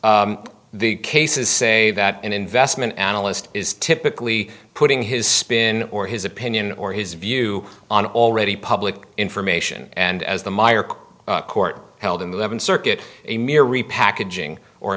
and the cases say that an investment analyst is typically putting his spin or his opinion or his view on already public information and as the myer court held in the circuit a mere repackaging or